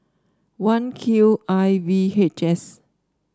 one Q I V H S